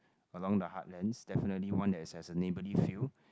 along the heartlands definitely one that has a neighbourly feel